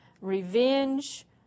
revenge